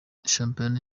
shampiyona